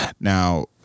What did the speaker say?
Now